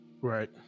Right